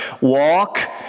walk